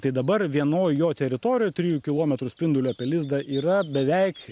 tai dabar vienoj jo teritorijoj trijų kilometrų spinduliu apie lizdą yra beveik